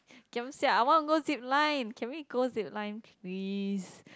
giam siap I want to go zip line can we go zip line please